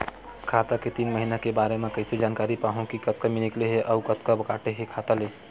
खाता के तीन महिना के बारे मा कइसे जानकारी पाहूं कि कतका निकले हे अउ कतका काटे हे खाता ले?